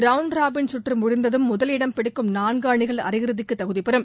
round robin கற்று முடிந்ததும் முதல் இடம் பிடிக்கும் நான்கு அணிகள் அரை இறதிக்கு தகுதி பெறும்